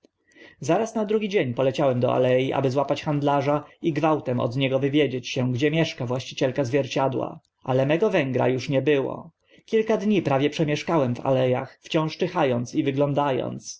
zaraz na drugi dzień poleciałem do ale aby złapać handlarza i gwałtem od niego wywiedzieć się gdzie mieszka właścicielka zwierciadła ale mego węgra uż nie było kilka dni prawie przemieszkałem w ale ach wciąż czyha ąc i wygląda